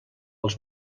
els